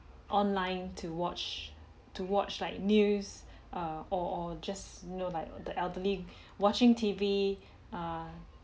online to watch to watch like news err or or just know like the elderly watching T_V err